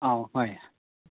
ꯑꯥꯎ ꯍꯣꯏ